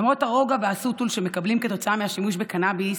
למרות הרוגע והסוטול שמקבלים כתוצאה מהשימוש בקנביס,